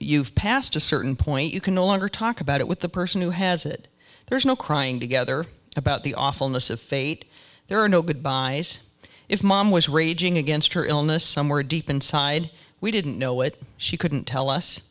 you've past a certain point you can no longer talk about it with the person who has it there's no crying together about the awfulness of fate there are no goodbyes if mom was raging against her illness somewhere deep inside we didn't know it she couldn't tell us